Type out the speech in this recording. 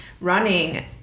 running